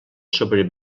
sobre